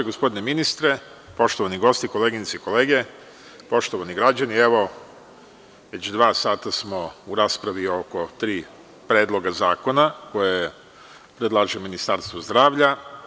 Gospodine ministre, poštovani gosti, koleginice i kolege, poštovani građani, već dva sata smo u raspravi oko tri predloga zakona koje predlaže Ministarstvo zdravlja.